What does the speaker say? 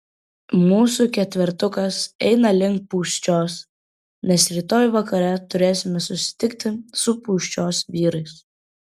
mūsų ketvertukas eina link pūščios nes rytoj vakare turėsime susitikti su pūščios vyrais